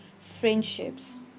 friendships